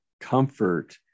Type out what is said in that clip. comfort